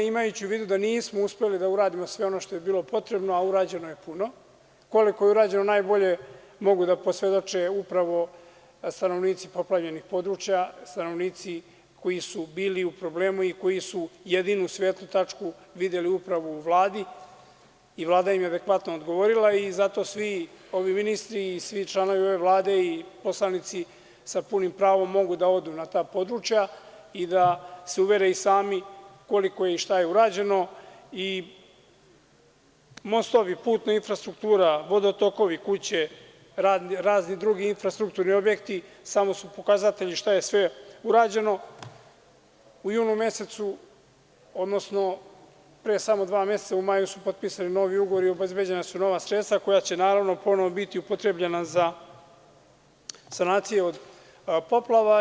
Imajući u vidu da nismo uspeli da uradimo sve ono što je bilo potrebno, a urađeno je puno, koliko je urađeno najbolje mogu da posvedoče upravo stanovnici poplavljenih područja, stanovnici koji su bili u problemu i koji su jedinu svetlu tačku videli upravo u Vladi i Vlada im je adekvatno odgovorila i zato svi ovi ministri i svi članovi ove Vlade i poslanici sa punim pravom mogu da odu na ta područja i da se uvere i sami koliko je i šta je urađeno i mostovi, putna infrastruktura, vodotokovi, kuće, razni drugi infrastrukturni objekti samo su pokazatelji šta je sve urađeno u junu mesecu, odnosno pre samo dva meseca u maju su potpisani novi ugovori, obezbeđena su nova sredstva koja će naravno ponovo biti upotrebljena za sanaciju od poplava.